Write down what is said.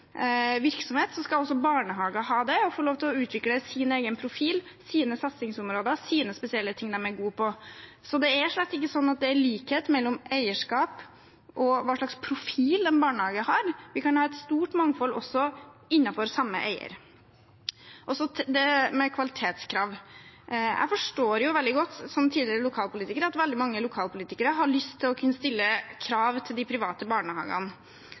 virksomhet, skal også barnehagene få lov til å utvikle sin egen profil, sine satsingsområder, sine spesielle ting som de er gode på. Det er slett ikke sånn at det er likhet mellom eierskap og hva slags profil en barnehage har. Vi kan ha et stort mangfold også innenfor samme eier. Til det med kvalitetskrav: Som tidligere lokalpolitiker forstår jeg veldig godt at mange lokalpolitikere har lyst til å kunne stille krav til de private barnehagene.